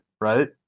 right